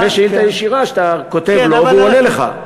ושאילתה ישירה שאתה כותב לו והוא עונה לך.